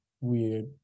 weird